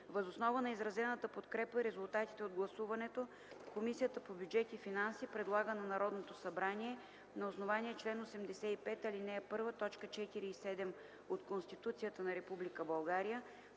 Въз основа на изразената подкрепа и резултатите от гласуването, Комисията по бюджет и финанси предлага на Народното събрание на основание чл. 85, ал. 1, точки 4 и 7 от Конституцията на